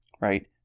Right